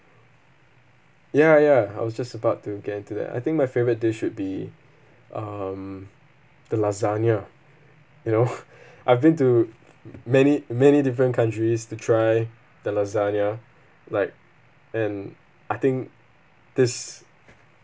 ya ya I was just about to get into that I think my favourite dish would be um the lasagna you know I've been to many many different countries to try the lasagna like and I think this